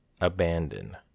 Abandon